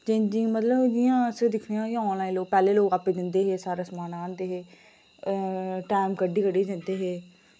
changing मतलब जि'यां अस दिखनेआं कि आनलाइन लोक पैह्ले लोक आपें दिंदे हे सारा समान आह्नदे हे टैम कड्ढी कड्ढी जंदे हे